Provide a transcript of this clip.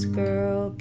girl